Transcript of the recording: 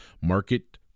market